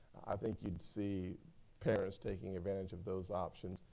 i think you'd see parents taking advantage of those options.